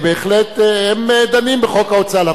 הם דנים בחוק ההוצאה לפועל,